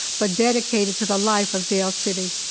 but dedicated to the life of dale city.